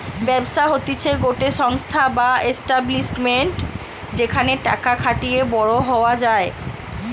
ব্যবসা হতিছে গটে সংস্থা বা এস্টাব্লিশমেন্ট যেখানে টাকা খাটিয়ে বড়ো হওয়া যায়